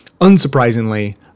unsurprisingly